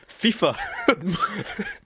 FIFA